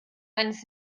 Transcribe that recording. eines